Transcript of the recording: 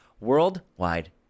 worldwide